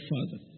Father